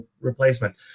replacement